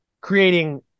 creating